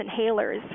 inhalers